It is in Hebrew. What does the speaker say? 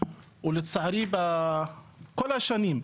ולצערי בכל השנים,